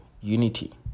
unity